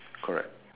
correct